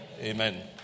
Amen